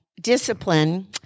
discipline